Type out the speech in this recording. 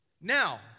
Now